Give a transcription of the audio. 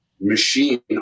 machine